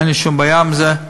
אין לי שום בעיה עם זה.